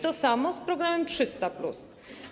To samo z programem 300+.